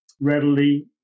readily